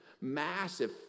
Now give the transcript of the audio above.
massive